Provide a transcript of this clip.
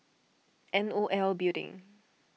N O L Building